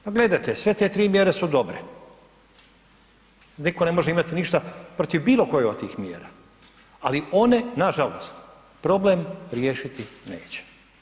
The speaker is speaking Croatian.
Pa gledajte, sve te tri mjere su dobre, niko ne može imati ništa protiv bilo koje od tih mjera, ali one nažalost problem riješiti neće.